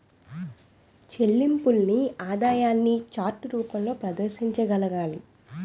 చెల్లింపుల్ని ఆదాయాన్ని చార్ట్ రూపంలో ప్రదర్శించగలగాలి